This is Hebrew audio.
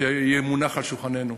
כשיהיה מונח על שולחננו,